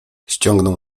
ściągnął